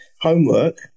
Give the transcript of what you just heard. homework